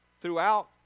throughout